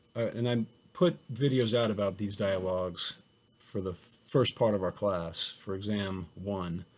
and i put videos out about these dialogues for the first part of our class for exam one.